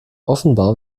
offenbar